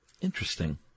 Interesting